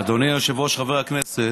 אדוני היושב-ראש, חברי הכנסת,